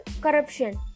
corruption